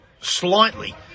slightly